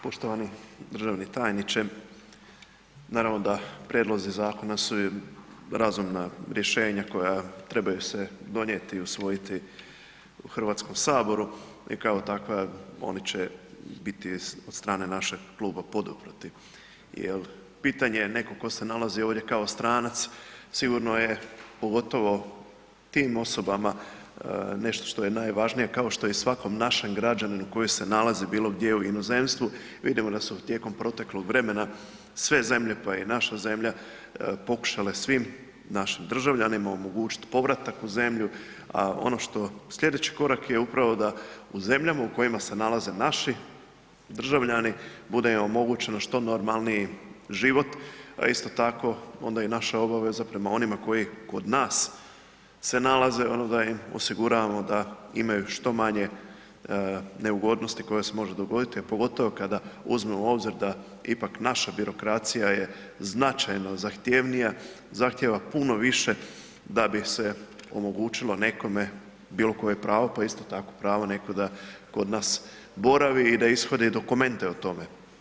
Poštovani državni tajniče, naravno da prijedlozi zakona su razumna rješenja koja trebaju se donijeti i usvojiti u Hrvatskome saboru i kao takva, oni će biti od strane našeg kluba poduprti jer pitanje je netko tko se nalazi ovdje kao stranac, sigurno je, pogotovo tim osobama nešto što je najvažnije, kao što je i svakom našem građaninu koji se nalazi bilo gdje u inozemstvu, vidimo da su tijekom proteklog vremena, sve zemlje pa i naša zemlja pokušale svim našim državljanima omogućiti povratak u zemlju, a ono što sljedeći korak je upravo da u zemljama u kojima se nalaze naši državljani, bude im omogućeno što normalniji život, a isto tako onda je i naša obaveza prema onima koji kod nas se nalaze, ono da im osiguramo da imaju što manje neugodnosti koje se može dogoditi, a pogotovo kada uzmemo u obzir da ipak naša birokracija je značajno zahtjevnija, zahtijeva puno više da bi se omogućilo nekome bilo koje pravo, pa isto tako pravo neko da kod nas boravi i da ishodi dokumente o tome.